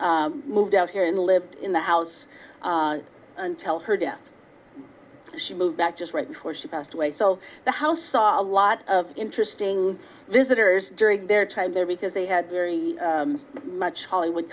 mcnulty moved out here and lived in the house until her death she moved back just right before she passed away so the house saw a lot of interesting visitors during their time there because they had very much hollywood